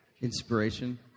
Inspiration